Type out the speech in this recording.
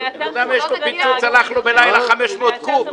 בן אדם יש לו פיצוץ, הלך לו בלילה 500 קוב.